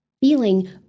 feeling